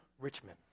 Richmond